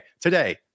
today